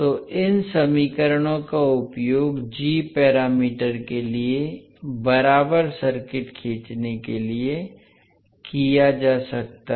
तो इन समीकरणों का उपयोग जी पैरामीटर के लिए बराबर सर्किट खींचने के लिए किया जा सकता है